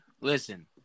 Listen